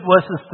verses